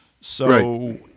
So-